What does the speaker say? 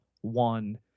one